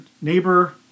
neighbor